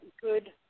good